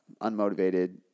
unmotivated